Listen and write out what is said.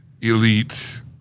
elite